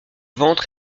ventre